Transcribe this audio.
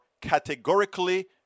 categorically